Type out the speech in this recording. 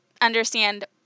understand